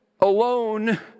alone